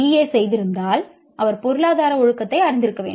ஏ செய்திருந்தால் அவர் பொருளாதார ஒழுக்கத்தை அறிந்திருக்க வேண்டும்